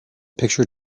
picture